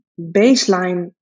baseline